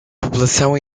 população